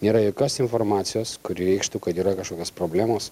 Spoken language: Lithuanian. nėra jokios informacijos kuri reikštų kad yra kažkokios problemos